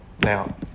Now